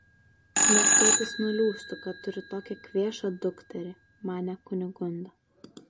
nes tėtis nuliūstų kad turi tokią kvėšą dukterį manė kunigunda